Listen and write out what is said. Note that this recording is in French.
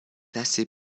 assez